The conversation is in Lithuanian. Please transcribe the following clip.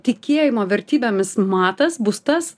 tikėjimo vertybėmis matas bus tas